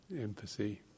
empathy